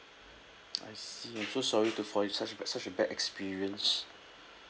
I see I'm so sorry to for such a such a bad experience